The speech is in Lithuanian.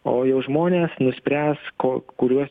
o jau žmonės nuspręs ko kuriuos